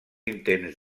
intents